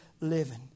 living